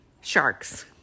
sharks